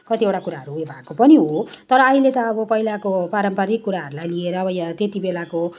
कतिवटा कुराहरू उयो भएको पनि हो तर अहिले त अब पहिलाको पारम्परिक कुराहरूलाई लिएर अब त्यत्तिबेलाको